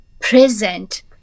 present